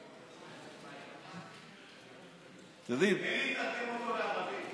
אתם יודעים, אלי יתרגם אותו לערבית.